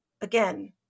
again